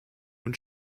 und